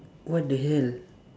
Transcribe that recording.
what the hell